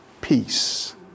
peace